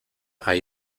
hay